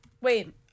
Wait